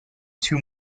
two